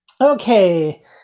Okay